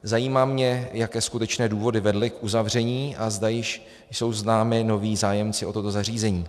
Zajímá mě, jaké skutečné důvody vedly k uzavření a zda již jsou známi noví zájemci o toto zařízení.